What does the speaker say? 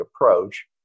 approach